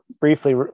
briefly